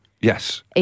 Yes